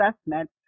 assessment